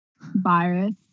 virus